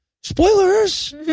spoilers